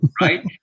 right